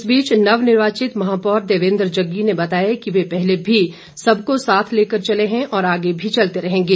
इस बीच नवनिर्वाचित महापौर देवेंद्र जग्गी ने बताया कि वे पहले भी सबको साथ लेकर चले हैं और आगे भी चलते रहेंगे